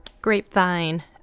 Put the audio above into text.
Grapevine